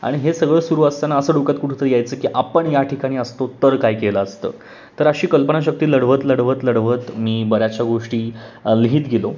आणि हे सगळं सुरू असताना असं डोक्यात कुठं यायचं की आपण या ठिकाणी असतो तर काय केलं असतं तर अशी कल्पनाशक्ती लढवत लढवत लढवत मी बऱ्याचश्या गोष्टी लिहित गेलो